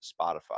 Spotify